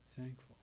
thankful